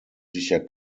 sicher